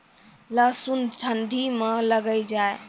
लहसुन ठंडी मे लगे जा?